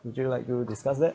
would you like to discuss that